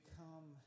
come